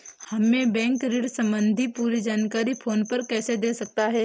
हमें बैंक ऋण संबंधी पूरी जानकारी फोन पर कैसे दे सकता है?